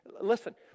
listen